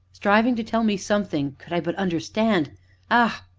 striving to tell me something, could i but understand ah!